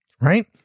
right